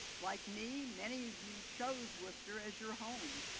like me, many of you chose worcester as your home.